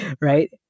right